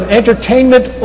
entertainment